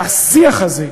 והשיח הזה,